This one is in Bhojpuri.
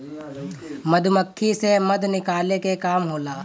मधुमक्खी से मधु निकाले के काम होला